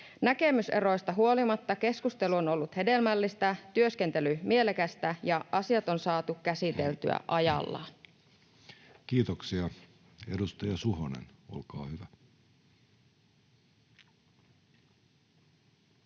Näkemyseroista huolimatta keskustelu on ollut hedelmällistä ja työskentely mielekästä ja asiat on saatu käsiteltyä ajallaan. [Speech 294] Speaker: